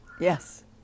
Yes